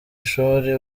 ishuri